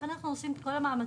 לכן אנחנו עושים את כל המאמצים,